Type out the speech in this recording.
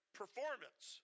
performance